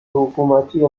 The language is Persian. حکومتی